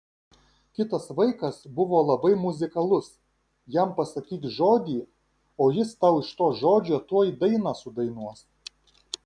kitas vaikas buvo labai muzikalus jam pasakyk žodį o jis tau iš to žodžio tuoj dainą sudainuos